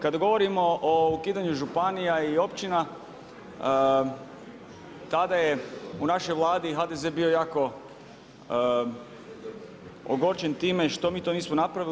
Kada govorimo o ukidanju županija i općina tada je u našoj Vladi HDZ bio jako ogorčen time što mi to nismo napravili.